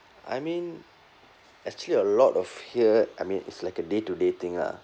I mean actually a lot of here I mean it's like a day to day thing lah